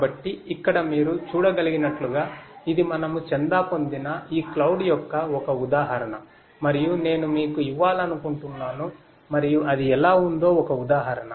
కాబట్టి ఇక్కడ మీరు చూడగలిగినట్లుగా ఇది మనము చందా పొందిన ఈ క్లౌడ్ యొక్క ఒక ఉదాహరణ మరియు నేను మీకు ఇవ్వాలనుకుంటున్నాను మరియు అది ఎలా ఉందో ఒక ఉదాహరణ